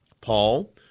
Paul